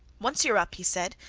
once you're up he said,